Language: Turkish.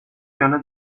yana